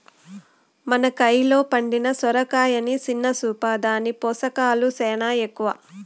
మన కయిలో పండిన సొరకాయని సిన్న సూపా, దాని పోసకాలు సేనా ఎక్కవ